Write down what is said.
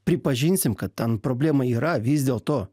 pripažinsim kad ten problema yra vis dėlto